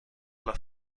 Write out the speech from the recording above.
una